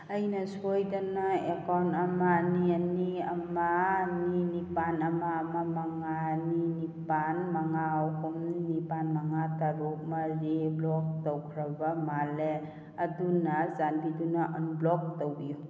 ꯑꯩꯅ ꯁꯣꯏꯗꯅ ꯑꯦꯀꯥꯎꯟ ꯑꯃ ꯑꯅꯤ ꯑꯅꯤ ꯑꯃ ꯑꯅꯤ ꯅꯤꯄꯥꯜ ꯑꯃ ꯑꯃ ꯃꯉꯥ ꯑꯅꯤ ꯅꯤꯄꯥꯜ ꯃꯉꯥ ꯑꯍꯨꯝ ꯅꯤꯄꯥꯜ ꯃꯉꯥ ꯇꯔꯨꯛ ꯃꯔꯤ ꯕ꯭ꯂꯣꯛ ꯇꯧꯈ꯭ꯔꯕ ꯃꯥꯜꯂꯦ ꯑꯗꯨꯅ ꯆꯥꯟꯕꯤꯗꯨꯅ ꯑꯟꯕ꯭ꯂꯣꯛ ꯇꯧꯕꯤꯌꯨ